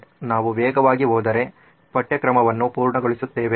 ನಾವು ವೇಗವಾಗಿ ಹೋದರೆ ಪಠ್ಯಕ್ರಮವನ್ನು ಪೂರ್ಣಗೊಳಿಸುತ್ತೇವೆ